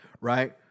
right